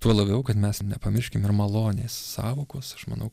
tuo labiau kad mes nepamirškim ir malonės sąvokos aš manau